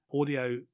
audio